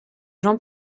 jean